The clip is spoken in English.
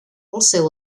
also